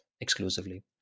exclusively